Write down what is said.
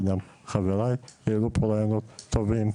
וגם חבריי העלו פה רעיונות טובים.